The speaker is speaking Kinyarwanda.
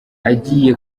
agiye